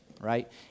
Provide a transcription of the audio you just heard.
right